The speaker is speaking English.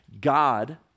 God